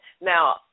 Now